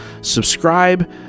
Subscribe